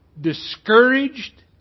discouraged